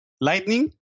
Lightning